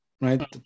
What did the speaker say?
right